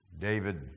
David